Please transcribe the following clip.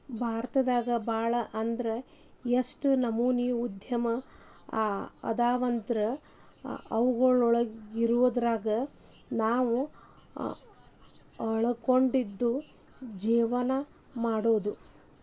ಭಾರತದಾಗ ಭಾಳ್ ಅಂದ್ರ ಯೆಷ್ಟ್ ನಮನಿ ಉದ್ಯಮ ಅದಾವಂದ್ರ ಯವ್ದ್ರೊಳಗ್ವಂದಾದ್ರು ನಾವ್ ಅಳ್ವಡ್ಸ್ಕೊಂಡು ಜೇವ್ನಾ ಮಾಡ್ಬೊದು